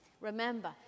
Remember